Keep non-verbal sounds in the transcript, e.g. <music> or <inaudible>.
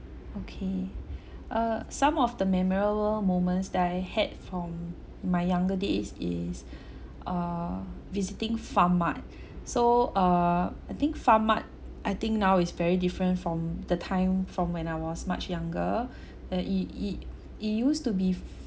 okay uh some of the memorable moments that I had from my younger days is err visiting farmart so err I think farmart I think now is very different from the time from when I was much younger <breath> uh it it it used to be